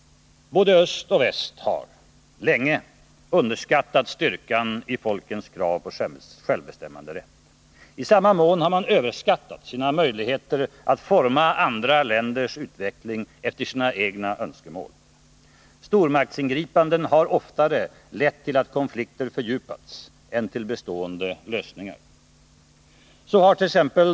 Både öst och väst har länge underskattat styrkan i folkens krav på självbestämmanderätt. I samma mån har man överskattat sina möjligheter att forma andra länders utveckling efter sina egna önskemål. Stormaktsingripanden har oftare lett till att konflikter fördjupats än till bestående lösningar. Så hart.ex.